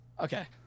Okay